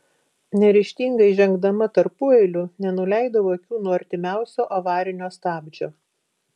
neryžtingai žengdama tarpueiliu nenuleidau akių nuo artimiausio avarinio stabdžio